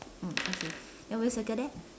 mm okay then we'll circle that